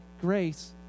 grace